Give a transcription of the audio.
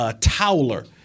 Towler